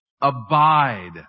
abide